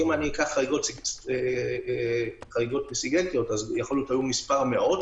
אם ניקח חריגות סיגינטיות יכול להיות שהיו מספר מאות,